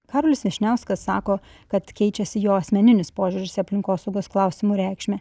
karolis vyšniauskas sako kad keičiasi jo asmeninis požiūris į aplinkosaugos klausimų reikšmę